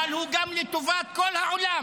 אבל הוא גם לטובת כל העולם.